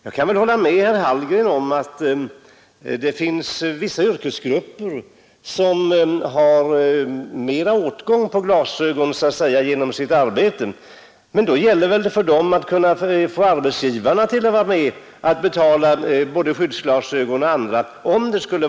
Jag kan hålla med herr Hallgren om att vissa yrkesgrupper genom sitt arbete har större åtgång på glasögon än andra, men om så är gäller det väl för dem att få arbetsgivarna med på att betala både skyddsglasögon och vanliga glasögon.